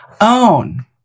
own